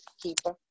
keeper